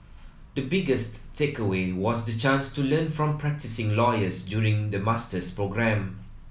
the biggest takeaway was the chance to learn from practising lawyers during the master's programme